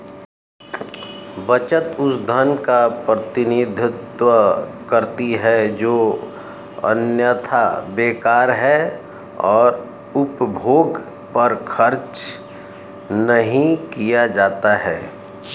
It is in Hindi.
बचत उस धन का प्रतिनिधित्व करती है जो अन्यथा बेकार है और उपभोग पर खर्च नहीं किया जाता है